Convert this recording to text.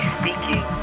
speaking